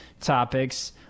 topics